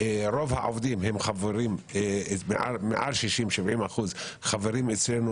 רוב העובדים הם חברים, מעל 60%, 70% בהסתדרות.